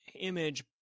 image